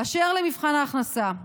אשר למבחן ההכנסה,